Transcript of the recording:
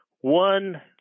One